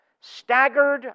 staggered